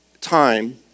time